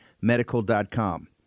medical.com